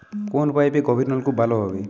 কোন পাইপে গভিরনলকুপ ভালো হবে?